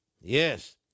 yes